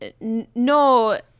No